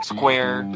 Square